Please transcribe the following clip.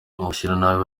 ubushyamirane